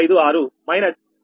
556 minus 0